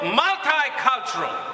multicultural